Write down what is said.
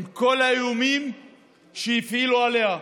עם כל האיומים שהפעילו עליה,